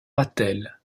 ratel